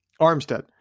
Armstead